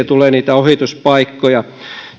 tulee niitä ohituspaikkoja